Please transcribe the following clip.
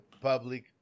public